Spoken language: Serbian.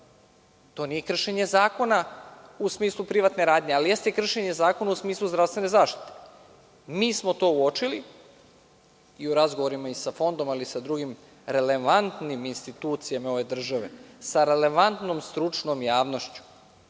to nije kršenje zakona u smislu privatne radnje, ali jeste kršenje zakona u smislu zdravstvene zaštite. Mi smo to uočili i u razgovorima i sa Fondom, ali i sa drugim relevantnim institucijama ove države, sa relevantnom stručnom javnošću.